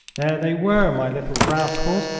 there they were, my little rascals,